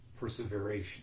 perseveration